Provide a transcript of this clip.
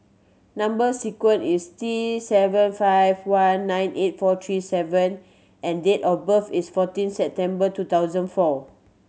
number sequence is T seven five one nine eight four three F and date of birth is fourteen September two thousand four